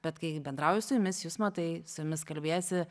bet kai bendrauju su jumis jus matai su jumis kalbiesi